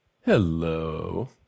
hello